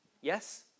Yes